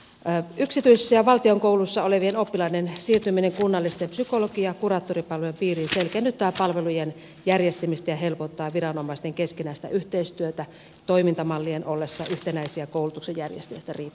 yksityisissä ja valtion kouluissa olevien oppilaiden siirtyminen kunnallisten psykologi ja kuraattoripalvelujen piiriin selkeennyttää palvelujen järjestämistä ja helpottaa viranomaisten keskinäistä yhteistyötä toimintamallien ollessa yhtenäisiä koulutuksen järjestäjistä riippumatta